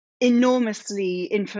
enormously